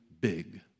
big